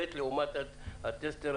אז גם הוראת הנהיגה משתנה.